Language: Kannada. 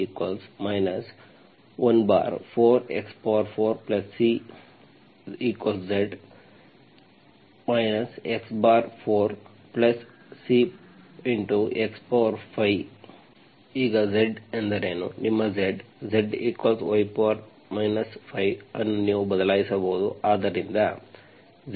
ಈಗ Z ಎಂದರೇನು ನಿಮ್ಮ Z Zy 5 ಅನ್ನು ನೀವು ಬದಲಾಯಿಸಬಹುದು